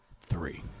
three